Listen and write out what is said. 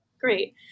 Great